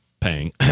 paying